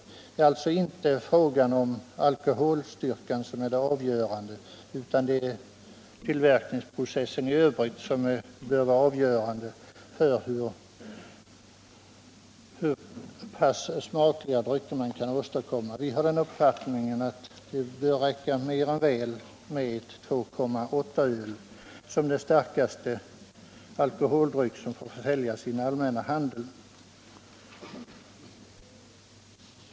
Det är alltså inte alkoholstyrkan utan tillverkningsprocessen i övrigt som är avgörande för hur pass smakliga drycker man kan åstadkomma. Vi som står bakom reservation 2 har den uppfattningen att det bör räcka mer än väl med 2,8-öl som den starkaste alkoholdryck som får försäljas i den allmänna handeln.